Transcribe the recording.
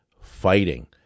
fighting